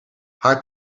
haar